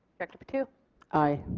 director patu aye.